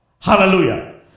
Hallelujah